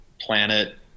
planet